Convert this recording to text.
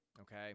Okay